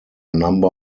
number